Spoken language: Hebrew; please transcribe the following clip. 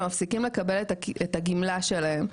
הם מפסיקים לקבל את הגמלה שלהם,